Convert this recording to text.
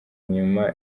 nyuma